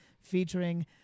featuring